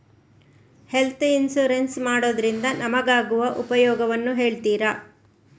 Health insurance ಮಾಡೋದ್ರಿಂದ ನಮಗಾಗುವ ಉಪಯೋಗವನ್ನು ಹೇಳ್ತೀರಾ?